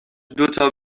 دوتا